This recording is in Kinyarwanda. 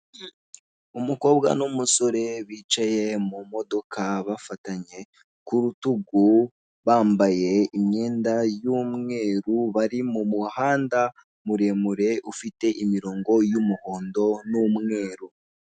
Umukobwa n'umusore bicaye mu modoka bafatanye kurutugu, bambaye imyenda y'umweru bari mu muhanda muremure ufite imirongo y'umuhondo n'umweru.